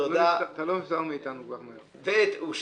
אין נמנעים, אין סעיף (ב) אושר.